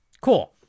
Cool